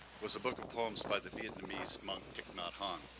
was a book of poems by the vietnamese monk thich nhat hanh,